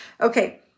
Okay